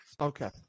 Okay